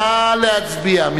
נא להצביע.